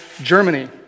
Germany